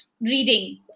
reading